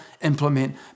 implement